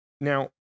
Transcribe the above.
Now